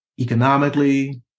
economically